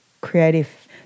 creative